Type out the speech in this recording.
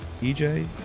ej